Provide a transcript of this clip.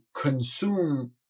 consume